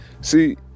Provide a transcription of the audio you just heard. See